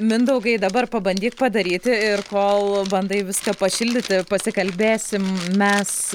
mindaugai dabar pabandyk padaryti ir kol bandai viską pašildyti pasikalbėsim mes